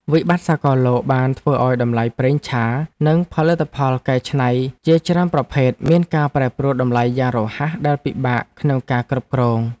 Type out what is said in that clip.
វិបត្តិសកលលោកបានធ្វើឱ្យតម្លៃប្រេងឆានិងផលិតផលកែច្នៃជាច្រើនប្រភេទ មានការប្រែប្រួលតម្លៃយ៉ាងរហ័សដែលពិបាកក្នុងការគ្រប់គ្រង។